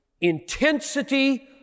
intensity